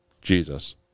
Jesus